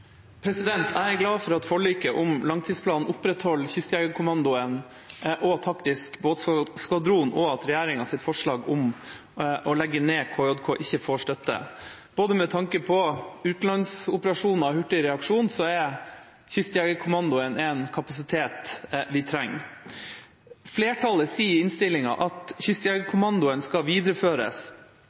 Taktisk båtskvadron, og at regjeringas forslag om å legge ned Kystjegerkommandoen ikke får støtte. Med tanke på både utenlandsoperasjoner og hurtig reaksjon er Kystjegerkommandoen en kapasitet vi trenger. Flertallet sier i innstillingen at Kystjegerkommandoen skal videreføres,